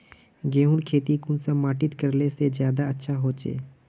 गेहूँर खेती कुंसम माटित करले से ज्यादा अच्छा हाचे?